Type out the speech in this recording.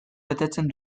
betetzen